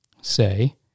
Say